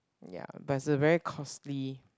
ya but it's a very costly